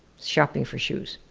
shopping for shoes.